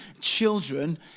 children